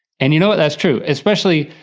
and you know what, that's true. especially,